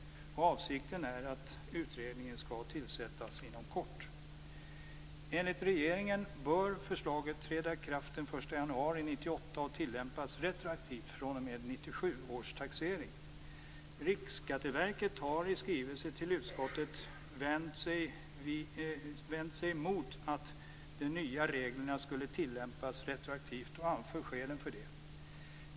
Avsikten är att tillsätta utredningen inom kort. Enligt regeringen bör förslaget träda i kraft den 1 januari 1998 och tillämpas retroaktivt fr.o.m. 1997 års taxering. Riksskatteverket har i en skrivelse till utskottet vänt sig emot att de nya reglerna skulle tillämpas retroaktivt och anfört skäl för det.